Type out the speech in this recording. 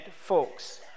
folks